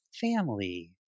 family